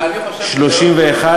לא פקודות מטכ"ל.